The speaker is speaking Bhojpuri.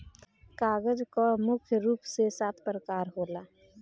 कागज कअ मुख्य रूप से सात प्रकार होला